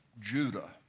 Judah